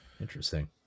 interesting